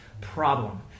problem